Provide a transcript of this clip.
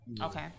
okay